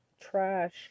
trash